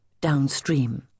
downstream